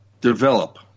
develop